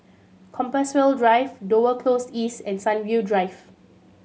Compassvale Drive Dover Close East and Sunview Drive